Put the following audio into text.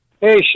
Hey